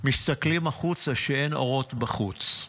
מסתכלים החוצה, שאין אורות בחוץ,